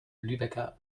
lübecker